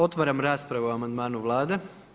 Otvaram raspravu o amandmanu Vlade.